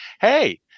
hey